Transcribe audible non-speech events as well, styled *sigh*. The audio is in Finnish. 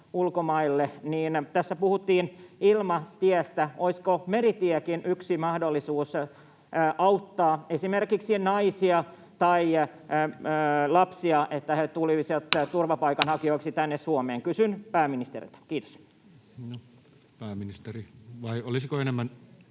ulkomaille. Tässä puhuttiin ilmatiestä, mutta olisiko meritiekin yksi mahdollisuus auttaa esimerkiksi naisia tai lapsia, niin että he tulisivat *noise* turvapaikanhakijoiksi tänne Suomeen? Kysyn pääministeriltä. — Kiitos. Pääministeri. — Vai olisiko enemmän